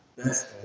best